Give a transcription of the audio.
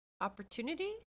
opportunity